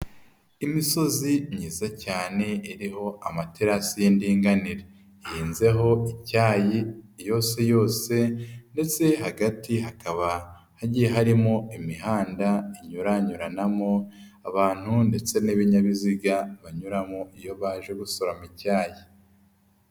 Imisozi myiza cyane iriho amaterasi y'indinganire ihinzeho icyayi yose yose ndetse hagati hakaba hagiye harimo imihanda inyuranyuranamo abantu ndetse n'ibinyabiziga banyuramo iyo baje gusoroma icyayi.